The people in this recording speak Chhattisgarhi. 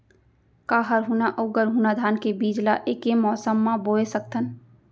का हरहुना अऊ गरहुना धान के बीज ला ऐके मौसम मा बोए सकथन?